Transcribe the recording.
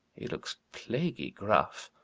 he looks plaguy gruff.